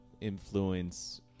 influence –